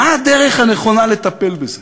מה הדרך הנכונה לטפל בזה?